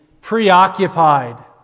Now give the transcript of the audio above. preoccupied